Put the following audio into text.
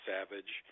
Savage